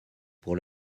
pour